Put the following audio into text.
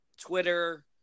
Twitter